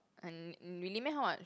and really meh how much